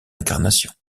incarnation